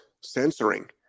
censoring